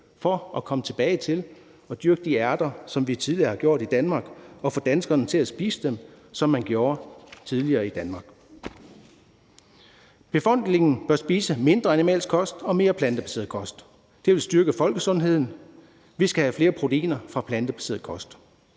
i at komme tilbage til at dyrke de ærter, som vi tidligere har gjort i Danmark, og få danskerne til at spise dem, som man gjorde tidligere i Danmark. Befolkningen bør spise mindre animalsk kost og mere plantebaseret kost. Det vil styrke folkesundheden. Vi skal have flere proteiner fra plantebaseret kost.